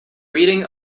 reading